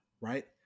Right